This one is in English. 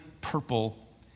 purple